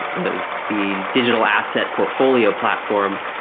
the the digital asset portfolio platform,